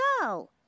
go